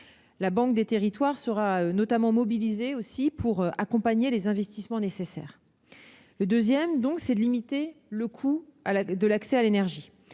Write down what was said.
La Banque des territoires sera mobilisée pour accompagner les investissements nécessaires. Le deuxième axe, c'est de limiter le coût de l'accès à l'énergie.